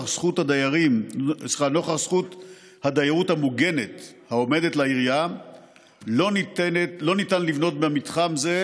זכות הדיירות המוגנת העומדת לעירייה לא ניתן לבנות במתחם זה,